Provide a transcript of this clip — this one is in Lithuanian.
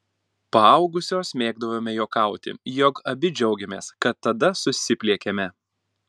paaugusios mėgdavome juokauti jog abi džiaugiamės kad tada susipliekėme